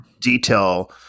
detail